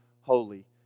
holy